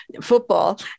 football